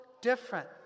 different